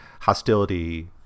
hostility